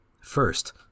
First